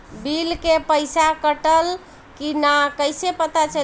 Bill के पइसा कटल कि न कइसे पता चलि?